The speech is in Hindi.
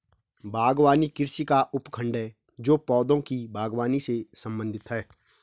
बागवानी कृषि का उपखंड है जो पौधों की बागवानी से संबंधित है